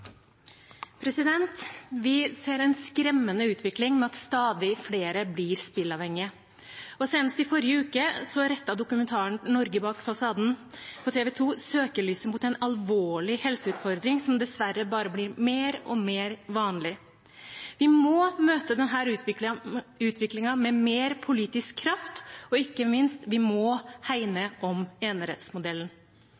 Vi ser en skremmende utvikling med at stadig flere blir spilleavhengige, og senest i forrige uke rettet dokumentaren «Norge bak fasaden» på TV 2 søkelyset mot en alvorlig helseutfordring som dessverre bare blir mer og mer vanlig. Vi må møte denne utviklingen med mer politisk kraft, og vi må, ikke minst,